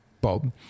Bob